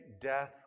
death